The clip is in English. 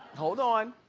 hold on.